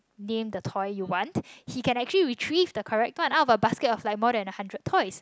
name the toy you want he can actually retrieve the correct toy out of a basket of like more than a hundred toys